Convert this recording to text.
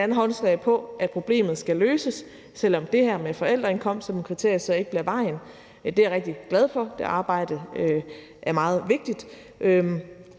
håndslag på, at problemet skal løses, selv om det her med forældreindkomst som et kriterie ikke bliver vejen. Det er jeg rigtig glad for, og det arbejde er meget vigtigt.